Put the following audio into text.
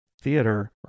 theater